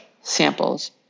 samples